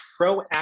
proactive